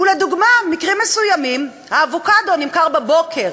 ולדוגמה, במקרים מסוימים האבוקדו נמכר בבוקר